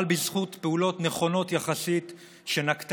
אבל בזכות פעולות נכונות יחסית שנקטה